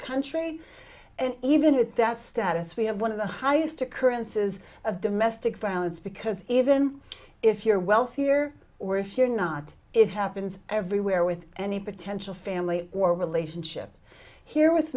country and even at that status we have one of the highest occurrences of domestic violence because even if you're wealthier we're if you're not it happens everywhere with any potential family or relationship here with